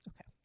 Okay